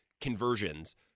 conversions